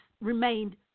remained